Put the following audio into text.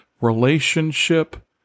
relationship